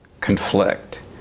conflict